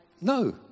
no